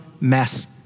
mess